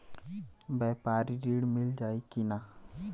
व्यापारी ऋण मिल जाई कि ना?